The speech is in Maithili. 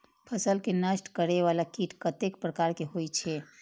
फसल के नष्ट करें वाला कीट कतेक प्रकार के होई छै?